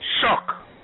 shock